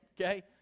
okay